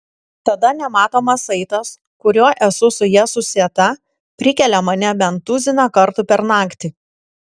tada nematomas saitas kuriuo esu su ja susieta prikelia mane bent tuziną kartų per naktį